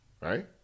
right